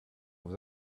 was